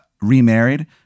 remarried